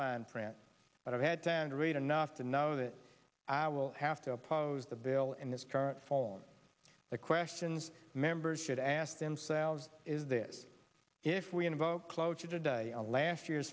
fine print but i've had time to read enough to know that i will have to oppose the bill in this current form the questions members should ask themselves is this if we invoke cloture today a last year